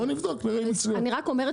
בואו נבדוק אם הקורנפלקס הצליח.